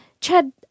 Chad